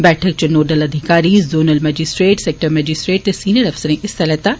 बैठक इच नोडल अधिकारी जोनल मैजिस्ट्रेट सैक्टर मैजिस्ट्रेट ते सिनियर अफसरें हिस्सा लैत्ता